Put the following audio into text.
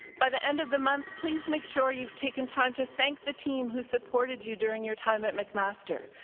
by the end of the month, please make sure you've taken time to thank the team who supported you during your time at mcmaster.